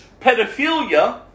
pedophilia